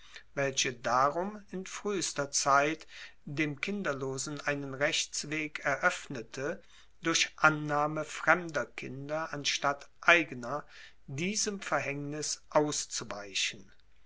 welche darum in fruehester zeit dem kinderlosen einen rechtsweg eroeffnete durch annahme fremder kinder anstatt eigener diesem verhaengnis auszuweichen